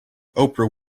oprah